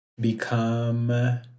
become